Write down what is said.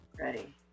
Ready